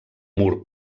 mur